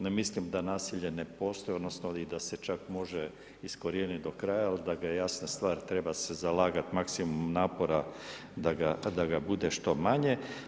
Ne mislim da nasilje ne postoji odnosno i da se čak može iskorijeniti do kraja, ali da ga jasna stvar, treba se zalagati maksimum napora da ga bude što manje.